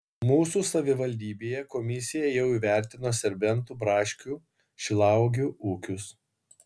mūsų savivaldybėje komisija jau įvertino serbentų braškių šilauogių ūkius